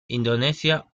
indonesia